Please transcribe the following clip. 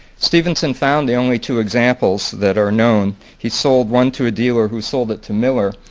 stevenson found the only two examples that are known. he sold one to a dealer who sold it to miller.